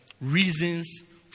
reasons